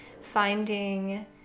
finding